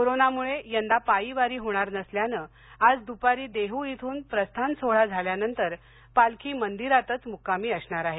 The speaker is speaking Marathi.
कोरोनामुळे यंदा पायी वारी होणार नसल्याने आज दुपारी देहू इथून प्रस्थान सोहळा झाल्यानंतर पालखी मंदिरातच म्रक्कामी असणार आहे